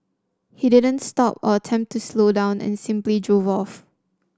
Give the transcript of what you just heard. he didn't stop or attempt to slow down and simply drove off